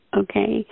okay